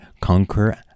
conquer